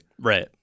Right